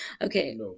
Okay